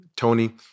Tony